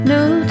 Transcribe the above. New